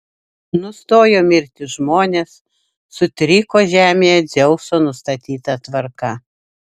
nustojo mirti žmonės sutriko žemėje dzeuso nustatyta tvarka